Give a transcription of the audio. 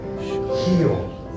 Heal